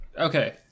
Okay